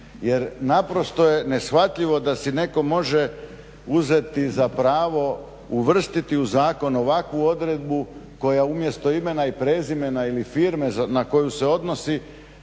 Jer naprosto je neshvatljivo da si netko može uzeti za pravo, uvrstiti u zakon ovakvu odredbu koja umjesto imena ili prezimena ili firme na koju se odnosi